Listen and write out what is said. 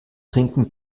trinken